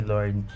Lord